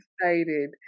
excited